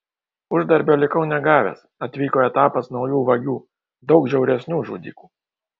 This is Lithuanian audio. uždarbio likau negavęs atvyko etapas naujų vagių daug žiauresnių žudikų